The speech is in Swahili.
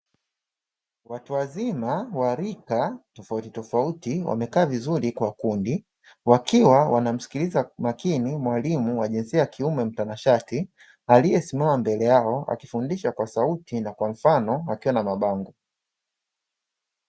Watu wazima wa rika tofautitofauti wamekaa vizuri kwa kundi wakiwa wanamsikiliza kwa makini mwalimu wa jinsia ya kiume mtanashati aliyesimama mbele yao akifundisha kwa sauti na kwa mfano akiwa na mabango.